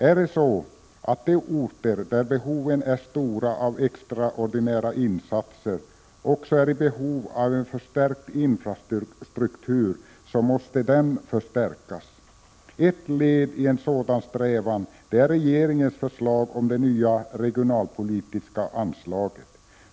Är det så, att de orter där behoven är stora av extraordinära insatser också är i behov av en förstärkt infrastruktur, måste den förstärkas. Ett led i en sådan strävan är regeringens förslag om det nya regionalpolitiska anslaget.